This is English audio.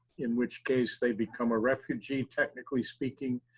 in which case they become a refugee, technically speaking.